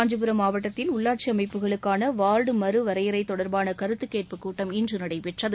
காஞ்சிபுரம் மாவட்டத்தில் உள்ளாட்சி அமைப்புகளுக்கான வா்டு முறவரையறை தொடர்பான கருத்துக் கேட்புக்கூட்டம் இன்று நடைபெற்றது